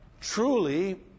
truly